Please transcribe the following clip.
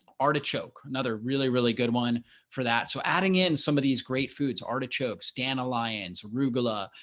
artichoke another really, really good one for that. so adding in some of these great foods, artichokes, dandelions, rubella,